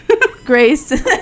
Grace